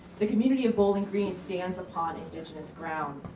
the community of bowling green stands upon indigenous ground.